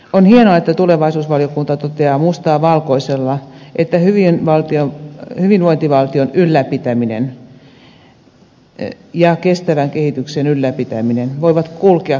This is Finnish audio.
on hienoa että tulevaisuusvaliokunta toteaa mustaa valkoisella että hyvinvointivaltion ylläpitäminen ja kestävän kehityksen ylläpitäminen voivat kulkea käsi kädessä